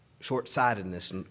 short-sightedness